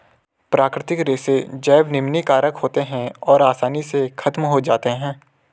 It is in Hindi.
प्राकृतिक रेशे जैव निम्नीकारक होते हैं और आसानी से ख़त्म हो जाते हैं